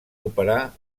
operar